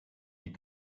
die